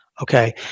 Okay